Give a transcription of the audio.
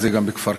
זה גם בכפר-קאסם,